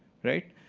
right?